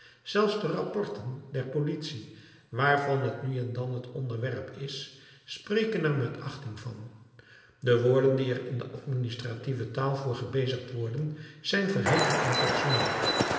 zelfs de rapporten der politie waarvan het nu en dan het onderwerp is spreken er met achting van de woorden die er in de administratieve taal voor gebezigd worden zijn verheven en fatsoenlijk